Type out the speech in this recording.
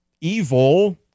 evil